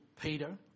Peter